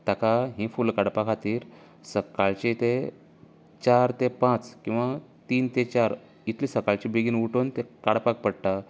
ताका ही फुलां काडपा खातीर सक्काळचें तें चार तें पांच किंवां तीन तें चार इतले सकाळचें बेगीन उठून तें काडपाक पडटा